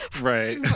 right